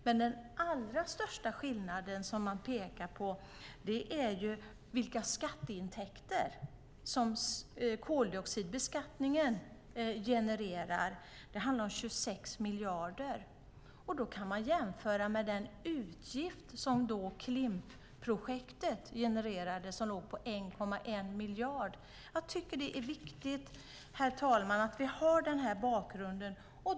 Men den allra största skillnaden man pekar på är vilka skatteintäkter som koldioxidbeskattningen genererar. Det handlar om 26 miljarder. Man kan jämföra med den utgift som Klimpprojektet genererade som låg på 1,1 miljard. Herr talman! Det är viktigt att vi har den här bakgrunden.